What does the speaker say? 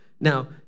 Now